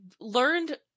learned